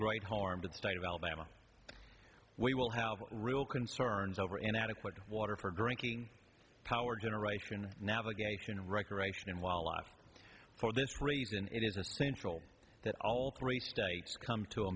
great harm to the state of alabama we will have real concerns over an adequate water for drinking power generation navigation and recreation and while lot for this reason it is essential that all three states come to a